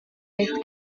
fifth